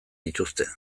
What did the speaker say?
dituzte